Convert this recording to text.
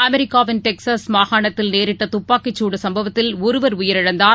அமெரிக்காவின் டெக்ஸாஸ் மாகாணத்தில் நேரிட்டதுப்பாக்கிச் சூடு சம்பவத்தில் நருவர் உயிரிழந்தார்